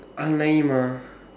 ah lame ah